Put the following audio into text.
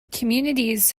communities